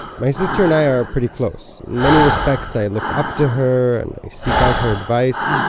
my sister and i are pretty close. in many respects i look up to her and i seek out her advice,